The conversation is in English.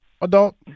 Adult